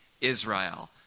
Israel